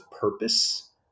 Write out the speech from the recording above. purpose